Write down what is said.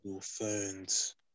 phones